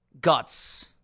Guts